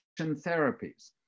therapies